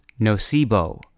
nocebo